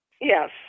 Yes